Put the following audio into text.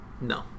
no